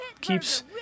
keeps